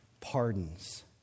pardons